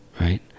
Right